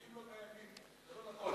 אין דבר כזה פקידים, יש רק שרים.